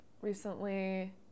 recently